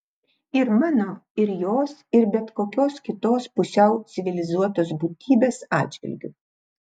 ir mano ir jos ir bet kokios kitos pusiau civilizuotos būtybės atžvilgiu